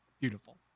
Beautiful